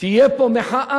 תהיה פה מחאה,